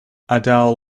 adele